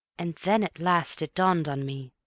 and then at last it dawned on me,